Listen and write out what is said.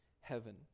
heaven